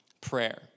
prayer